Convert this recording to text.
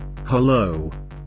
hello